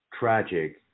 Tragic